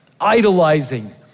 Idolizing